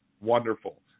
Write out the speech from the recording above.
Wonderful